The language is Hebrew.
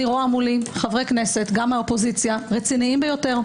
אני רואה מולי חברי כנסת גם מהאופוזיציה רציניים ביותר,